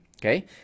okay